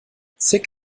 zig